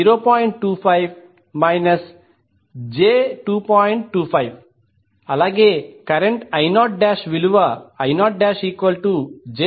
25 అలాగే current I0 విలువ I0j204 j2Z 2